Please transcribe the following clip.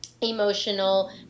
emotional